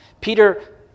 Peter